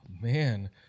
man